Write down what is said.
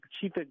chief